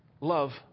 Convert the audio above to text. love